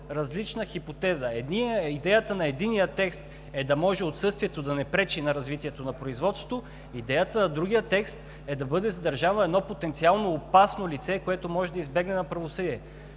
различна хипотеза – идеята на единия текст е да може отсъствието да не пречи на развитието на производството, идеята на другия текст е да бъде задържано едно потенциално опасно лице, което може да избегне правосъдие.